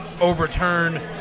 overturn